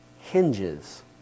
hinges